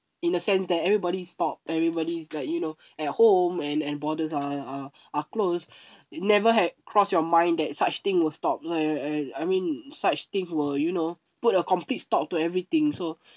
in a sense that everybody stop everybody's like you know at home and and borders are are are closed never had cross your mind that such thing will stop I I I mean such thing will you know put a complete stop to everything so